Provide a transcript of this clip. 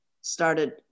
started